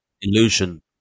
illusion